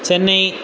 Chennai